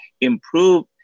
improve